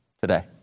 today